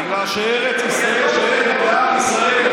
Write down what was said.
בגלל שארץ ישראל שייכת לעם ישראל,